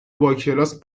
باکلاس